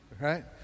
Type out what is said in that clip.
Right